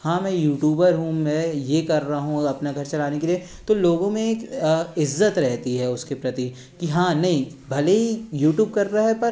हाँ मैं यूटूबर हूँ मैं ये कर रहा हूँ अपना घर चलाने के लिए तो तो लोगों में एक इज़्ज़त रहती है उसके प्रति कि हाँ नई भले ही यूटूब कर रहा है पर